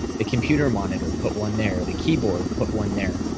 the computer monitor, put one there, the keyboard, put one there,